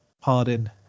pardon